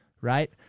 right